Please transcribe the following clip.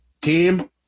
Team